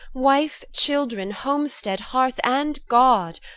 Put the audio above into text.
wife, children, homestead, hearth and god!